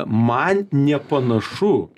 man nepanašu